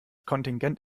kontingent